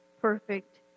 perfect